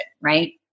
right